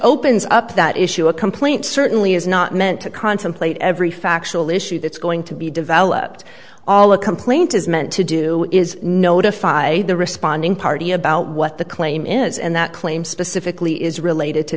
opens up that issue a complaint certainly is not meant to contemplate every factual issue that's going to be developed all a complaint is meant to do is notify the responding party about what the claim is and that claim specifically is related to